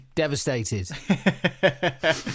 Devastated